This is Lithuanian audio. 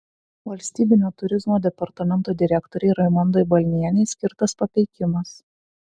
valstybinio turizmo departamento direktorei raimondai balnienei skirtas papeikimas